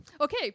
Okay